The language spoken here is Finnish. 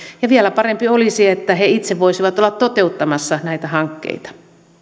vielä parempi olisi että he itse voisivat olla toteuttamassa näitä hankkeita